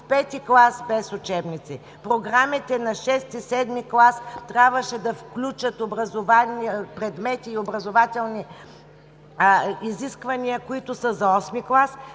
в пети клас без учебници. Програмите на шести и седми клас трябваше да включат предмети и образователни изисквания, които са за осми клас,